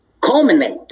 culminate